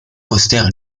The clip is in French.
foster